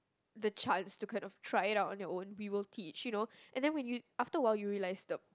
the chance to kind of try it out on their own we will teach you know and then when you after a while you realise the